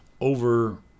over